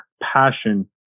passion